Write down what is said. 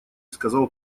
сказал